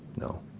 no